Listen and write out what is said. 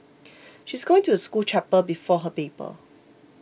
she's going to the school chapel before her paper